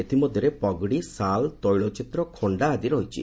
ଏଥି ମଧ୍ୟରେ ପଗଡ଼ି ସାଲ୍ ତୈଳ ଚିତ୍ର ଖଣ୍ଡା ଆଦି ରହିଛି